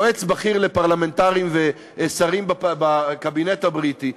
יועץ בכיר לפרלמנטרים ושרים בקבינט הבריטי,